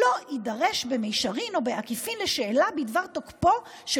לא יידרש במישרין או בעקיפין לשאלה בדבר תוקפו של